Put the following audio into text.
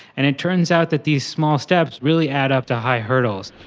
and it turns out that these small steps really add up to high hurdles.